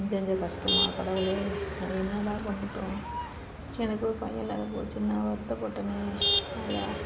கொஞ்சநஞ்சம் கஷ்டமா கடவுளே நான் என்னடா பண்ணட்டும் எனக்கு ஒரு பையன் இல்லாது போச்சுன்னு நான் வருத்தப்பட்டனே ஆயா